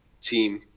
team